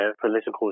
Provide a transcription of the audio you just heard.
political